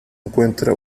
encuentra